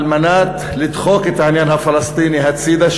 כדי לדחוק את העניין הפלסטיני הצדה,